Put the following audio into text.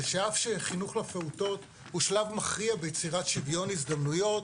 שאף שחינוך לפעוטות הוא שלב מכריע ביצירת שוויון הזדמנויות,